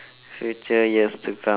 future years to come